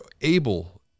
able